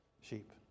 sheep